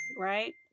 right